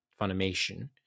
Funimation